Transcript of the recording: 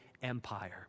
empire